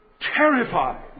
terrified